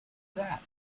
that